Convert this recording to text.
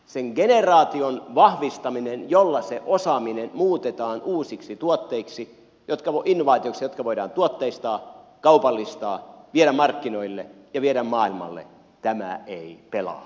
sen generaation vahvistaminen jolla se osaaminen muutetaan uusiksi innovaatioiksi jotka voidaan tuotteistaa kaupallistaa viedä markkinoille ja viedä maailmalle ei pelaa